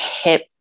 hip